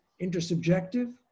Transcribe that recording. intersubjective